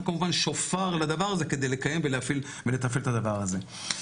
כמובן שופר לדבר הזה כדי לקיים ולהפעיל ולתפעל את הדבר הזה.